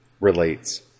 relates